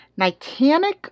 Nitanic